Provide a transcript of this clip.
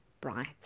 bright